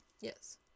yes